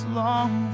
long